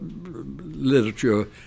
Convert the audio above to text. literature